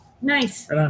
Nice